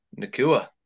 Nakua